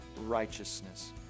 righteousness